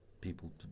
people